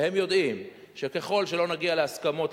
והם יודעים שככל שלא נגיע להסכמות,